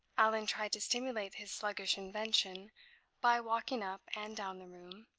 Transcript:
allan tried to stimulate his sluggish invention by walking up and down the room,